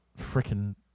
freaking